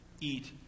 eat